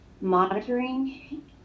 monitoring